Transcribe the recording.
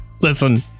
listen